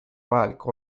vajalik